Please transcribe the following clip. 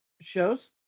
shows